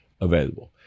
available